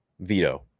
veto